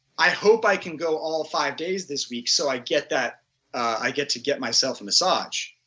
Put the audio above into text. i hope i can go all five days this week so i get that i get to get myself a massage.